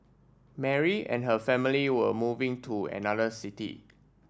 Mary and her family were moving to another city